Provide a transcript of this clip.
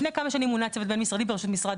לפני כמה שנים מונה צוות בין-משרדי ברשות משרד